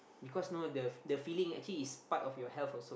because know the the feeling actually is part of your health also